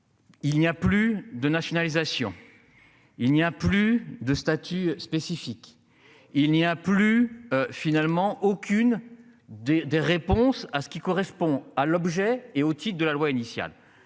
Il n'y a plus de nationalisation. Il n'y a plus de statut spécifique. Il n'y a plus finalement aucune des des réponses à ce qui correspond à l'objet et otite de la loi initiale